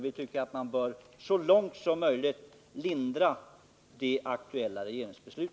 Vi anser att den nuvarande regeringen så långt det är möjligt bör lindra verkningarna av den tidigare regeringens beslut.